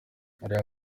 real